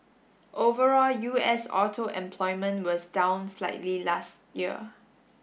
overall U S auto employment was down slightly last year